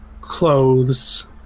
clothes